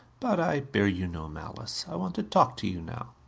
but i bear you no malice. i want to talk to you now.